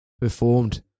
performed